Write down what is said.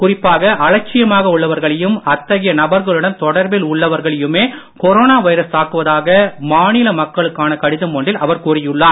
குறிப்பாக அலட்சியமாக உள்ளவர்களையும் அத்தகைய நபர்களுடன் தொடர்பில் உள்ளவர்களையுமே கொரோனா வைரஸ் தாக்குவதாக மாநில மக்களுக்கான கடிதம் ஒன்றில் அவர் கூறியுள்ளார்